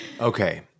Okay